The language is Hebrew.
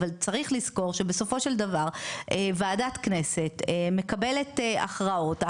אבל צריך לזכור שבסופו של דבר ועדת כנסת מקבלת הכרעות,